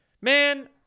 Man